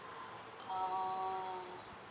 oh